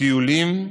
טיולים,